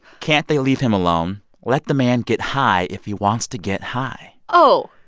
can't they leave him alone? let the man get high if he wants to get high. oh,